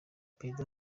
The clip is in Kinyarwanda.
perezida